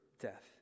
death